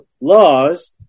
laws